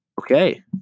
okay